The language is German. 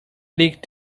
liegt